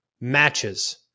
matches